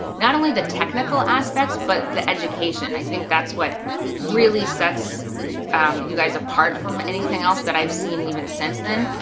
not only the technical aspects but the education, i think that's what really sets you guys apart from anything else that i've seen even since then.